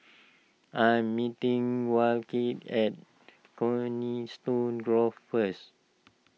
I am meeting at Coniston Grove first